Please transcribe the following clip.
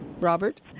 Robert